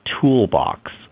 toolbox